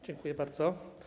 Dziękuję bardzo.